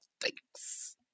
thanks